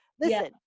Listen